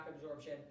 absorption